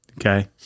Okay